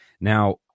Now